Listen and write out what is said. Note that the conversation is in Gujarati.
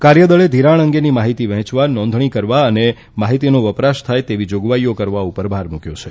કાર્યદળે ધિરાણ અંગેની માહિતી વહેંચવા નોંધણી કરવા અને માહિતીનો વપરાશ થાય તેવી જાગવાઈ કરવા પર ભાર મુકથો છે